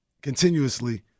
continuously